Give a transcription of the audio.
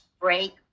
break